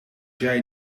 jij